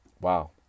Wow